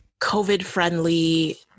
COVID-friendly